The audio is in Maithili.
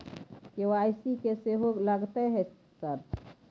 के.वाई.सी की सेहो लगतै है सर?